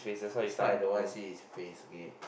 it's not I don't want see his face okay